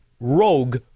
rogue